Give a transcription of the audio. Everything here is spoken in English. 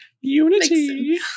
Unity